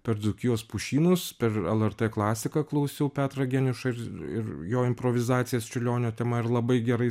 per dzūkijos pušynus per lrt klasiką klausiau petrą geniušą ir ir jo improvizacijas čiurlionio tema ir labai gerai